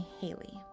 Haley